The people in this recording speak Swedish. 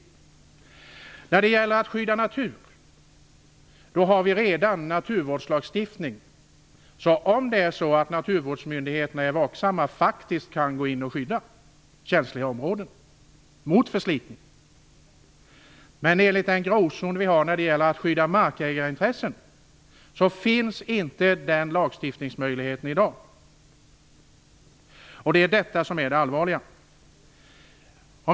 När det gäller att skydda natur har vi naturvårdslagstiftning. Om naturvårdsmyndigheterna är vaksamma kan de gå in och skydda känsliga områden mot förslitning. Men i den gråzon vi har när det gäller att skydda markägarintressen finns i dag inte den möjligheten i lagstiftningen. Det är detta som är det allvarliga.